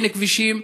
אין כבישים.